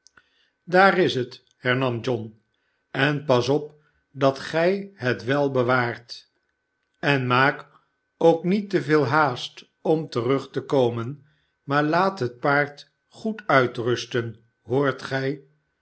daar is het hernam john en pas op dat gij het wel bewaart en maak ook niet te veel haast om terug te komen maar laat het paard goed uitrusten hoort gij